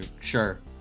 Sure